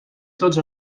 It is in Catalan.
tots